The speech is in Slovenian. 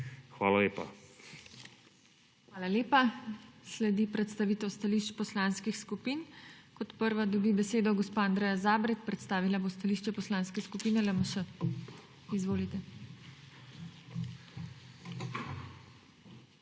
HEFERLE:** Hvala lepa. Sledi predstavitev stališč poslanskih skupin. Kot prva dobi besedo gospa Andreja Zabret, predstavila bo stališče Poslanske skupine LMŠ. Izvolite.